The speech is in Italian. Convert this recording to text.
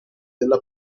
della